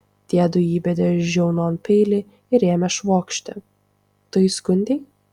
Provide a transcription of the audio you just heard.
tiedu įbedė žiaunon peilį ir ėmė švokšti tu įskundei